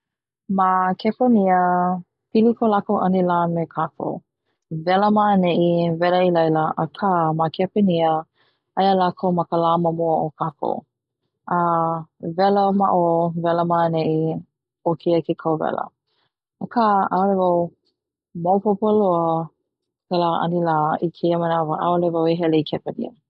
Ma kepani pili ko lakou 'anila kakou wela ma'ane'i wela i laila a ma kepani aia lakou ma ka la ma mua o kakou a wela ma'o wela ma'ane'i o keia ke kauwela aka 'a'ole wau maopopo loa kela 'anila i keia manawa 'a'ole wau i hele i kepani.